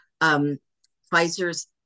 Pfizer's